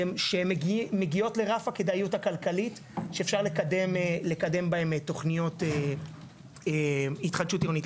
שמגיעות לרף הכדאיות הכלכלית שאפשר לקדם בהם תוכניות התחדשות עירונית.